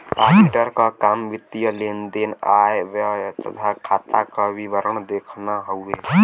auditor क काम वित्तीय लेन देन आय व्यय तथा खाता क विवरण देखना हउवे